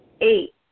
Eight